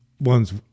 ones